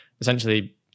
essentially